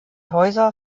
häuser